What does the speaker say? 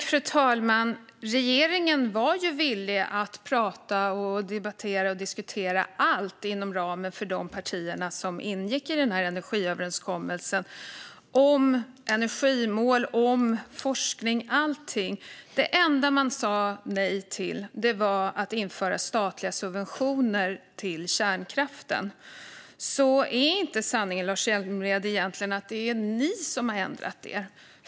Fru talman! Regeringen var villig att inom ramen för de partier som ingick i energiöverenskommelsen prata, debattera och diskutera allt, om energimål, om forskning och allting. Det enda man sa nej till var att införa statliga subventioner till kärnkraften. Är inte sanningen egentligen att det är ni som har ändrat er, Lars Hjälmered?